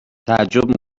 تعجب